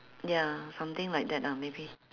ya something like that lah maybe